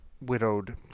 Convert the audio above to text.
widowed